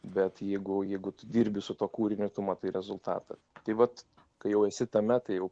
bet jeigu jeigu tu dirbi su tuo kūriniu ir tu matai rezultatą tai vat kai jau esi tame tai jau